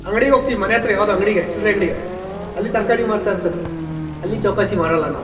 ಅಂಗ್ಡಿಗೆ ಹೋಗ್ತೀವಿ ಮನೆ ಹತ್ತಿರ ಯಾವುದೋ ಅಂಗಡಿಗೆ ಚಿಲ್ಲರೆ ಅಂಗಡಿಗೆ ಅಲ್ಲಿ ತರಕಾರಿ ಮಾರ್ತಾಯಿರ್ತಾನೆ ಅಲ್ಲಿ ಚೌಕಾಸಿ ಮಾಡಲ್ಲ ನಾವು